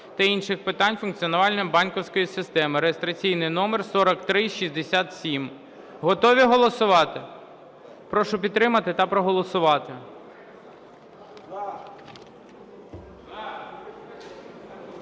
та інших питань функціонування банківської системи (реєстраційний номер 4367). Готові голосувати? Прошу підтримати та проголосувати.